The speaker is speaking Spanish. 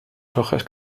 hojas